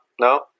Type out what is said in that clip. No